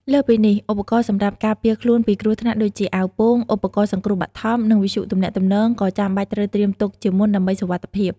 លើសពីនេះ ឧបករណ៍សម្រាប់ការពារខ្លួនពីគ្រោះថ្នាក់ដូចជា អាវពោង ឧបករណ៍សង្គ្រោះបឋម និងវិទ្យុទំនាក់ទំនង ក៏ចាំបាច់ត្រូវត្រៀមទុកជាមុនដើម្បីសុវត្ថិភាព។